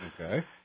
Okay